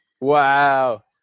Wow